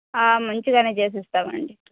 మంచిగానే చేసిస్తామండి